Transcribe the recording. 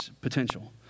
potential